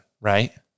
right